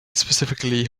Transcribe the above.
specifically